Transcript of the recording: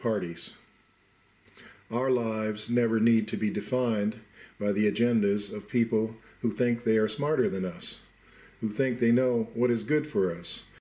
parties our lives never need to be defined by the agendas of people who think they're smarter than us who think they know what is good for us